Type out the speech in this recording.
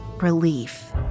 relief